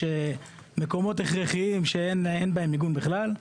מקומות הכרחיים שאין בהם מיגון בכלל.